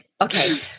Okay